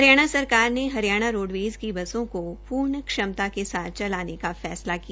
हरियाणा सरकार ने हरियाणा रोडवेज की बसों को पूर्ण क्षमता के साथ चलाने का फैसला किया